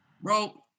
bro